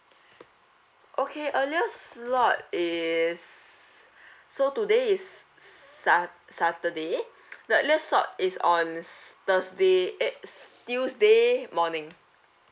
okay earliest slot is so today is s~ sat~ saturday the earliest slot is on s~ thursday eh s~ tuesday morning